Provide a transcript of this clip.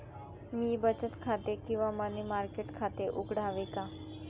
मी बचत खाते किंवा मनी मार्केट खाते उघडावे का?